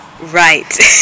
Right